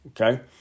Okay